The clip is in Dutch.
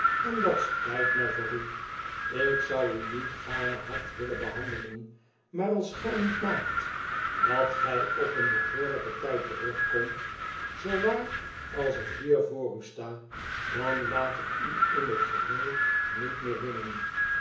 en dat spijt mij voor u ik zou u niet gaarne hard willen behandelen maar als gij niet maakt dat gij op een behoorlijken tijd terugkomt zoo waar als ik hier voor u sta dan laat ik u in het geheel niet meer binnen